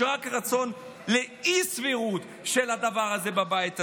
יש רק רצון לאי-סבירות של הדבר הזה בבית הזה.